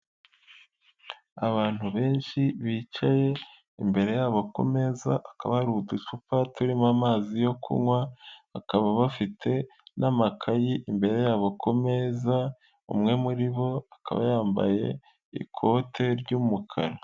Abantu benshi bicaye, imbere yabo ku meza akaba hari uducupa turimo amazi yo kunywa, bakaba bafite n'amakayi imbere yabo ku meza, umwe muri bo akaba yambaye ikote ry'umukara.